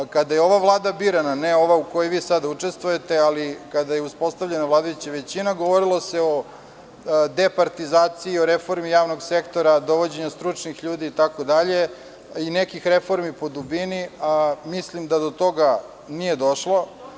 Kada je ova vlada birana, ne ova u kojoj vi sada učestvujete, ali kada je uspostavljena vladajuća većina, govorilo se o departizaciji, o reformi javnog sektora, dovođenju stručnih ljudi itd. i nekih reformi po dubini, a mislim da do toganije došlo.